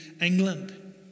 England